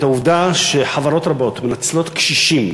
את העובדה שחברות רבות מנצלות קשישים